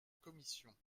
commission